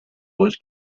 was